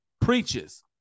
preaches